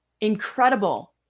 incredible